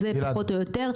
זה פחות או יותר.